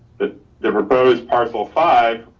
the the proposed parcel five